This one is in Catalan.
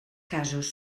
casos